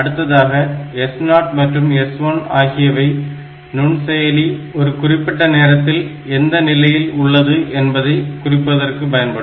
அடுத்ததாக S0 மற்றும் S1 ஆகியவை நுண்செயலி ஒரு குறிப்பிட்ட நேரத்தில் எந்த நிலையில் உள்ளது என்பதை குறிப்பிடுவதற்கு பயன்படும்